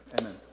amen